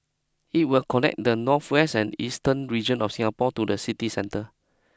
it will connect the northwest and eastern regions of Singapore to the city centre